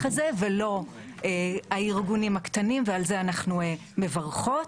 הזה ולא הארגונים הקטנים ועל זה אנחנו מברכות.